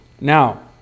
Now